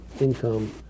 income